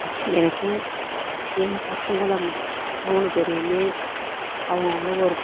எனக்கு என் பசங்களை மூணு பேரையுமே அவங்க அவங்களுக்கு ஒரு